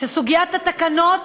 שסוגיית התקנות